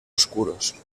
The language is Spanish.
oscuros